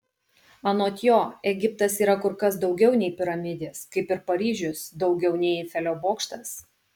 anot jo egiptas yra kur kas daugiau nei piramidės kaip ir paryžius daugiau nei eifelio bokštas